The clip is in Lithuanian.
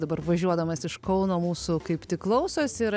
dabar važiuodamas iš kauno mūsų kaip tik klausosi ir